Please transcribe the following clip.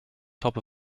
top